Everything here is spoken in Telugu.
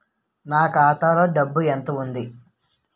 నా ఖాతాలో డబ్బు ఎంత ఉంది?